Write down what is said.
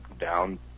Down